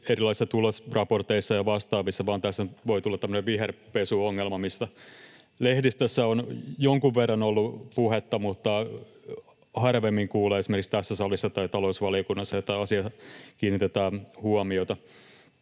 erilaisissa tulosraporteissa ja vastaavissa, vaan tässä voi tulla tämmöinen viherpesuongelma, mistä lehdistössä on jonkun verran ollut puhetta, mutta harvemmin kuulee esimerkiksi tässä salissa tai talousvaliokunnassa, että tähän asiaan kiinnitetään huomiota.